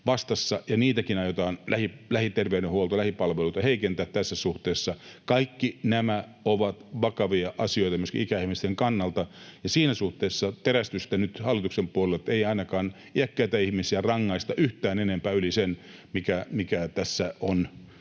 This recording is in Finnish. niitäkin — lähiterveydenhuoltoa, lähipalveluita — aiotaan heikentää tässä suhteessa. Kaikki nämä ovat vakavia asioita myöskin ikäihmisten kannalta, ja siinä suhteessa terästystä nyt hallituksen puolelta, ettei ainakaan iäkkäitä ihmisiä rangaista yhtään enempää yli sen, mikä tässä on